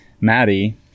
Maddie